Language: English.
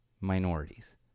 minorities